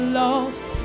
lost